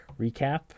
recap